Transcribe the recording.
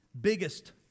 biggest